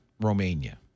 Romania